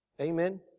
Amen